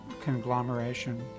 conglomeration